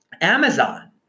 Amazon